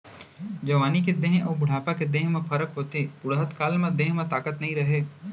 जवानी के देंह अउ बुढ़ापा के देंह म फरक होथे, बुड़हत काल म देंह म ताकत नइ रहय